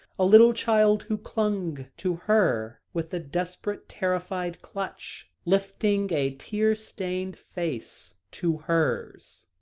a little child who clung to her with a desperate, terrified clutch, lifting a tear-stained face to hers.